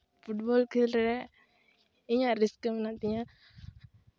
football ᱠᱷᱮᱞᱨᱮ ᱤᱧ ᱨᱟᱹᱥᱠᱟᱹ ᱢᱮᱱᱟᱜ ᱛᱤᱧᱟᱹ